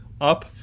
up